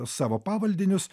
savo pavaldinius